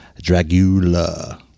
Dracula